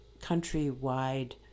country-wide